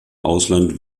ausland